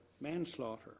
manslaughter